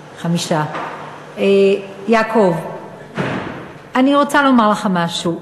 חמישה, יעקב, אני רוצה לומר לך משהו.